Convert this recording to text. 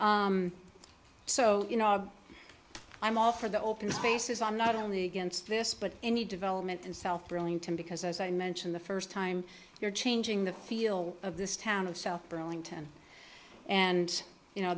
so you know i'm all for the open spaces i'm not only against this but any development in south burlington because as i mentioned the first time you're changing the feel of this town of south burlington and you know